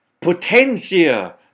Potentia